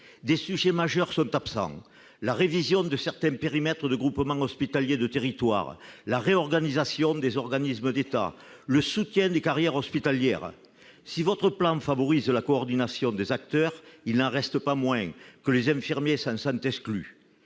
Des sujets majeurs sont absents : la révision de certains périmètres de groupements hospitaliers de territoires, la réorganisation des organismes d'État, le soutien des carrières hospitalières. Si votre plan favorise la coordination des différents acteurs, il n'en reste pas moins que les infirmiers s'en sentent exclus.